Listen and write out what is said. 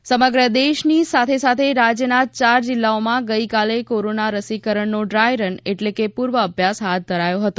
dry run સમગ્ર દેશની સાથે સાથે રાજ્યના ચાર જિલ્લાઓમાં ગઇકાલે કોરોના રસીકરણનો ડ્રાયરન એટલે કે પૂર્વાઅભ્યાસ હાથ ધરાયો હતો